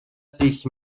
sich